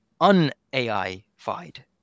un-AI-fied